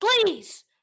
Please